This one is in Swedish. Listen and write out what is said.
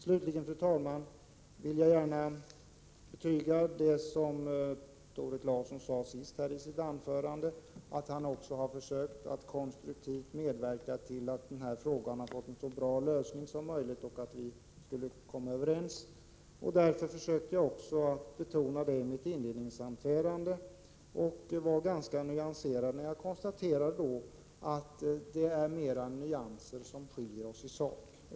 Slutligen vill jag, fru talman, gärna betyga riktigheten i det som Tore Claeson sade sist i sitt anförande, nämligen att han har försökt att konstruktivt medverka till att frågan skulle få en så bra lösning som möjligt och till att vi skulle komma överens. Detta betonade jag också i mitt inledningsanförande och var ganska nyanserad när jag konstaterade att vi skiljer oss mest i fråga om nyanser och inte så mycket i sak.